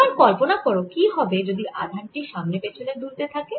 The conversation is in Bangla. এবার কল্পনা করো কি হবে যদি আধান টি সামনে পেছনে দুলতে থাকে